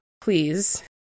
please